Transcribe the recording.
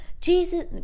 Jesus